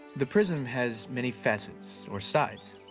the prism has many facets, or sides,